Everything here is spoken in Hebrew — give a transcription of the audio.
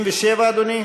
77, אדוני?